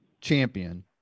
champion